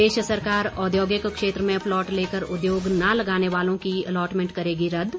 प्रदेश सरकार औद्योगिक क्षेत्र में प्लॉट लेकर उद्योग न लगाने वालों की अलॉटमेंट करेगी रद्द